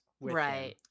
Right